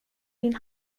min